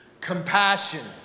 Compassion